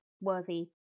worthy